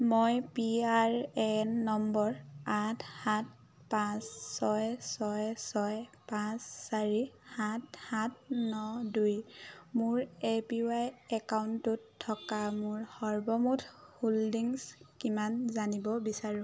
মই P R A N number আঠ সাত পাঁচ ছয় ছয় ছয় পাঁচ চাৰি সাত সাত ন দুইৰ মোৰ এ পি ৱাই একাউণ্টটোত থকা মোৰ সৰ্বমুঠ হোল্ডিংছ কিমান জানিব বিচাৰোঁ